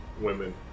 women